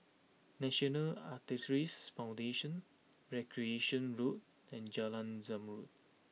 National Arthritis Foundation Recreation Road and Jalan Zamrud